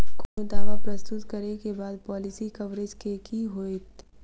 कोनो दावा प्रस्तुत करै केँ बाद पॉलिसी कवरेज केँ की होइत?